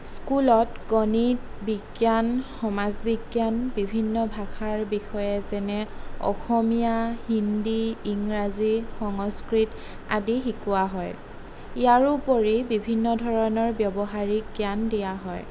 স্কুলত গণিত বিজ্ঞান সমাজ বিজ্ঞান বিভিন্ন ভাষাৰ বিষয়ে যেনে অসমীয়া হিন্দী ইংৰাজী সংস্কৃত আদি শিকোৱা হয় ইয়াৰোপৰি বিভিন্ন ধৰণৰ ব্যৱহাৰিক জ্ঞান দিয়া হয়